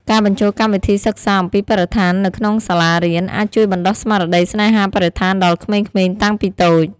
ការបញ្ចូលកម្មវិធីសិក្សាអំពីបរិស្ថាននៅក្នុងសាលារៀន អាចជួយបណ្តុះស្មារតីស្នេហាបរិស្ថានដល់ក្មេងៗតាំងពីតូច។